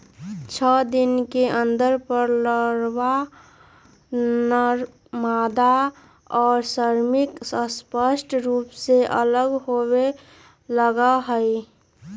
छः दिन के अंतर पर लारवा, नरमादा और श्रमिक स्पष्ट रूप से अलग होवे लगा हई